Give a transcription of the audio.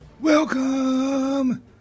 Welcome